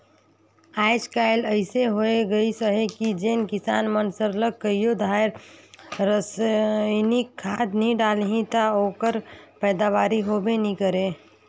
आएज काएल अइसे होए गइस अहे कि जेन किसान मन सरलग कइयो धाएर रसइनिक खाद नी डालहीं ता ओकर पएदावारी होबे नी करे